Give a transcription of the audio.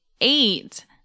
eight